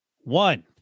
One